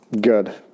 good